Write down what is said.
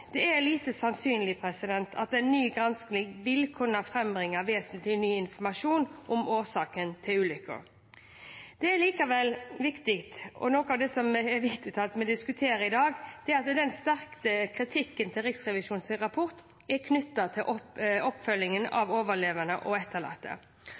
Det er lite sannsynlig at en ny gransking vil kunne frambringe vesentlig ny informasjon om årsaken til ulykken. Det er likevel viktig, og noe av det som er viktig at vi diskuterer i dag, at den sterke kritikken i Riksrevisjonens rapport er knyttet til oppfølgingen